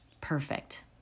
Perfect